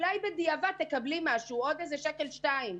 "אולי בדיעבד תקבלי החזר של שקל או שניים"